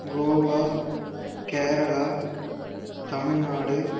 Goa Kerala Tamil Nadu